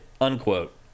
unquote